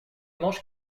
mangent